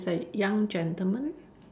it's like young gentleman